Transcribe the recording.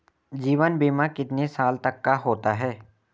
जीवन बीमा कितने साल तक का होता है?